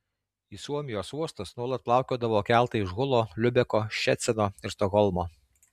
į suomijos uostus nuolat plaukiodavo keltai iš hulo liubeko ščecino ir stokholmo